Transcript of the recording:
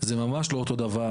זה ממש לא אותו דבר.